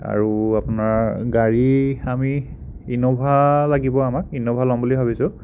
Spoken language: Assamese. আৰু আপোনাৰ গাড়ী আমি ইন'ভা লাগিব আমাক ইন'ভা ল'ম বুলি ভাবিছো